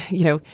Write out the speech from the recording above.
you know,